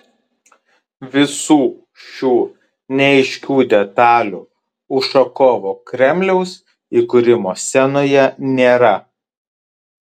visų šių neaiškių detalių ušakovo kremliaus įkūrimo scenoje nėra